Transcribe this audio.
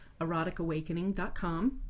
eroticawakening.com